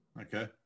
Okay